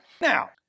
Now